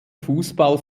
fußball